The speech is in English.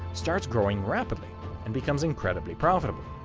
starts growing rapidly and becomes incredibly profitable.